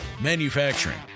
Manufacturing